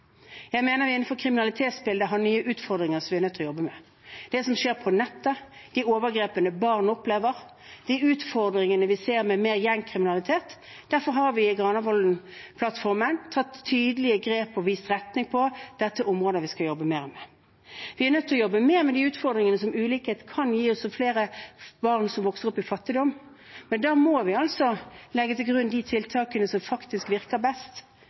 Jeg mener vi innenfor kriminalitetsbildet har nye utfordringer som vi er nødt til å jobbe med – det som skjer på nettet, de overgrepene barn opplever, de utfordringene vi ser med mer gjengkriminalitet. Derfor har vi i Granavolden-plattformen tatt tydelige grep og vist retning: at dette er områder vi skal jobbe mer med. Vi er nødt til å jobbe mer med de utfordringene – også ulikhet kan gi flere barn som vokser opp i fattigdom, men da må vi legge til grunn de tiltakene som virker best,